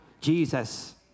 Jesus